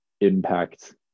impact